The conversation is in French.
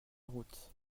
route